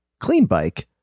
cleanbike